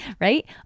right